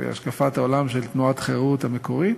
והשקפת העולם של תנועת החרות המקורית,